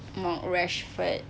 mount rashford